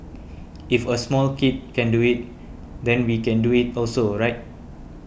if a small kid can do it then we can do it also right